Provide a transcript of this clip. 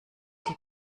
die